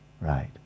right